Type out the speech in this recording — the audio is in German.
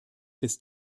des